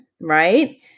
Right